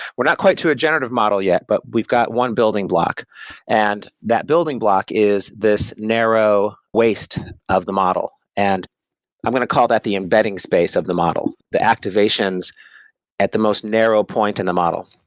we're not quite to a generative model yet, but we've got one building block and that building block is this narrow waist of the model. and i'm going to call that the embedding space of the model, the activations at the most narrow point in the model.